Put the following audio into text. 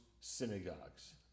synagogues